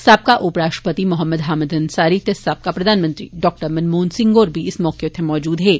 साबका उप राष्ट्रपति हामिद अंसारी ते साबका प्रधानमंत्री डा मनमोहन सिंह होर बी इस मौके उत्थें मौजूद हे